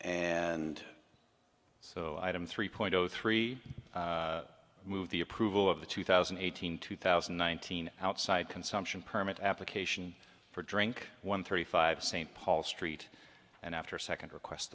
and so item three point zero three move the approval of the two thousand and eighteen two thousand and nineteen outside consumption permit application for drink one thirty five st paul street and after second request